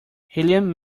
helium